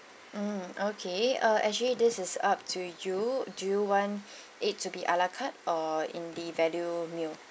mm okay err actually this is up to you do you want it to be a la carte or in the value meal